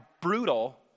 brutal